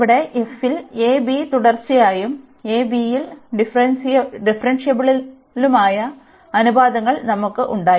ഇവിടെ f ൽ തുടർച്ചയായതും a b യിൽ ഡിഫറെന്ഷിയബിളുലമായ അനുമാനങ്ങൾ നമുക്ക് ഉണ്ടായിരുന്നു